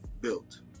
built